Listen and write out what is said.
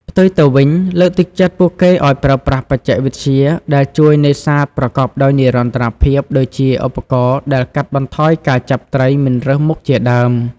ផ្ទុយទៅវិញ លើកទឹកចិត្តពួកគេឲ្យប្រើប្រាស់បច្ចេកវិទ្យាដែលជួយនេសាទប្រកបដោយនិរន្តរភាព ដូចជាឧបករណ៍ដែលកាត់បន្ថយការចាប់ត្រីមិនរើសមុខជាដើម។